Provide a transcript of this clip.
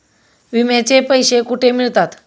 विम्याचे पैसे कुठे मिळतात?